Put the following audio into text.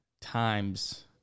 times